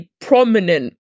prominent